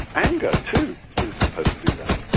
anger, too, is supposed to do that.